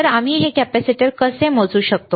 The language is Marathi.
तर आम्ही हे कॅपेसिटर कसे मोजू शकतो